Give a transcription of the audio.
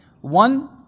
One